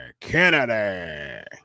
Kennedy